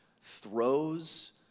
throws